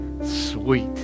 Sweet